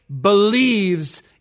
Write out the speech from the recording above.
believes